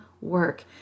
work